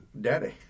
Daddy